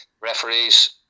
referees